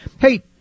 Hey